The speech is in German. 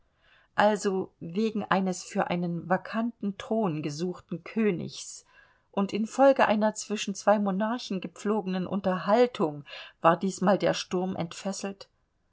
also wegen eines für einen vakanten thron gesuchten königs und infolge einer zwischen zwei monarchen gepflogenen unterhandlung war diesmal der sturm entfesselt